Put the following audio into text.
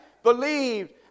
believed